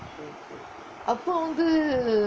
அப்போ வந்து:appo vanthu